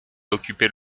occuper